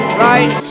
right